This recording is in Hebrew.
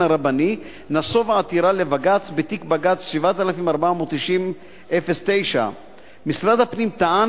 הרבני נסבה עתירה לבג"ץ בתיק בג"ץ 7490/09. משרד הפנים טען